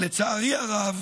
לצערי הרב,